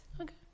Okay